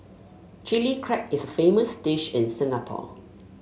Chilli Crab is a famous dish in Singapore